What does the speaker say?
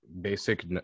basic